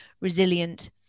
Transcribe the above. resilient